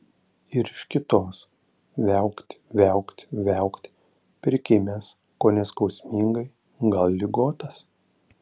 ir iš kitos viaukt viaukt viaukt prikimęs kone skausmingai gal ligotas